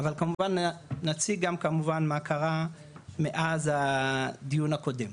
אבל כמובן נציג גם כמובן מה קרה מאז הדיון הקודם.